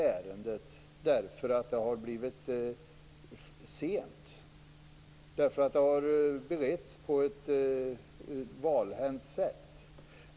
Ärendet var brådskande eftersom det bereddes på ett valhänt sätt.